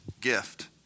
gift